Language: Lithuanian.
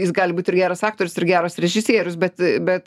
jis gali būt ir geras aktorius ir geras režisierius bet bet